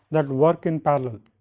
that will work in parallel.